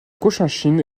cochinchine